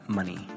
money